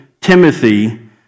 Timothy